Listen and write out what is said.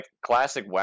classic